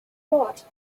bord